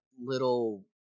little